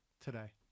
today